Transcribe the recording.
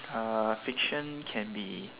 uh fiction can be